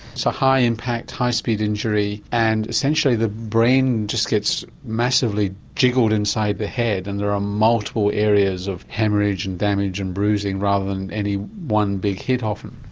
so high impact, high speed injury and essentially the brain just gets massively jiggled inside the head and there are multiple areas of haemorrhage and damage and bruising rather than any one big hit often.